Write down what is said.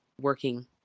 working